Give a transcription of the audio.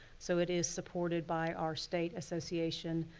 so it is supported by our state association.